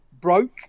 broke